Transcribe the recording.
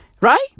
right